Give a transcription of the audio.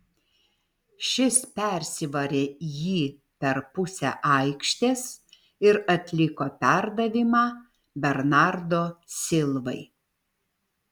šis persivarė jį per pusę aikštės ir atliko perdavimą bernardo silvai